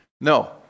No